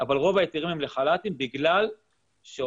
אבל רוב ההיתרים הם לחלת"ים בגלל שרוב